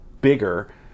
bigger